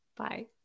Bye